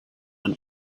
and